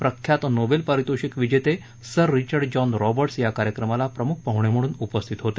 प्रख्यात नोबेल परितोषिक विजेते सर रिचर्ड जॉन रॉबर्टस या कार्यक्रमाला प्रमुख पाहणे म्हणून उपस्थित होते